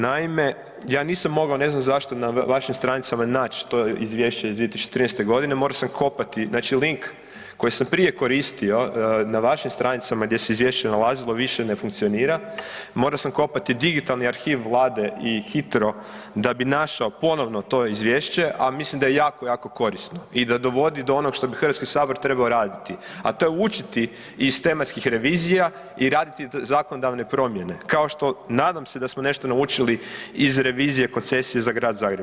Naime, ja nisam mogao, ne znam zašto na vašim stranicama naći to izvješće iz 2013. godine, morao sam kopati, znači link koji sam prije koristio na vašim stranicama gdje se izvješće nalazilo više ne funkcionira, morao sam kopati digitalni arhiv Vlade i HITRO da bi našao ponovo to izvješće, a mislim da je jako, jako korisno i da dovodi do onog što bi HS trebao raditi, a to je učiti iz tematskih revizija i raditi zakonodavne promjene, kao što nadem se da smo nešto naučili iz revizije koncesije za Grad Zagreb.